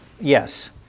yes